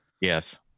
Yes